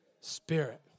spirit